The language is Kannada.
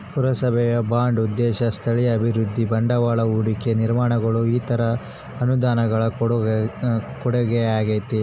ಪುರಸಭೆಯ ಬಾಂಡ್ ಉದ್ದೇಶ ಸ್ಥಳೀಯ ಅಭಿವೃದ್ಧಿ ಬಂಡವಾಳ ಹೂಡಿಕೆ ನಿರ್ಮಾಣಗಳು ಇತರ ಅನುದಾನಗಳ ಕೊಡುಗೆಯಾಗೈತೆ